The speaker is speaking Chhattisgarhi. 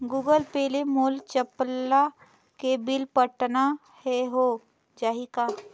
गूगल पे ले मोल चपला के बिल पटाना हे, हो जाही का?